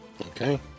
Okay